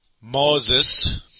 Moses